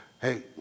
hey